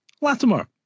Latimer